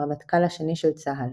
הרמטכ"ל השני של צה"ל.